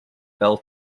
bell